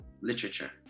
literature